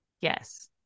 Yes